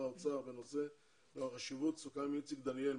האוצר בנושא והחשיבות סוכם עם איציק דניאל,